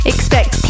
Expect